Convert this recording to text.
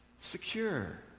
Secure